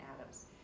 Adams